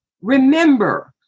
remember